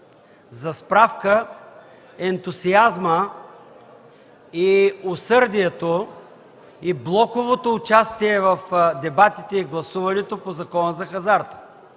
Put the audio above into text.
За справка – ентусиазмът и усърдието, и блоковото участие в дебатите и гласуването по Закона за хазарта,